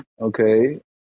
okay